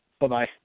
Bye-bye